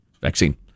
vaccine